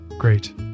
Great